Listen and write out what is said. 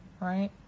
Right